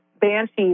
Banshee's